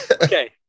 Okay